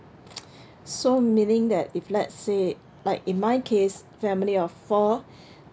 so meaning that if let's say like in my case family of four